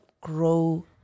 grow